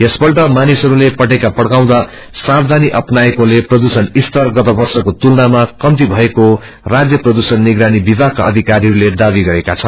यसपल्ट मानिसहरूले पटेका पढ़काउँदा सावधानी अपनाएकोले प्रदूषण स्तर गत वर्षको तुलनामा कप्ती भएको राज्य प्रदूषण निगरानी विभागका अधीकरीहरूले दावी गरेका छन्